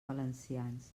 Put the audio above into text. valencians